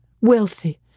wealthy